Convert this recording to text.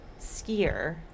skier